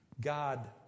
God